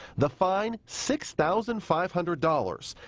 the fine, six thousand five hundred dollars.